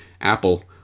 Apple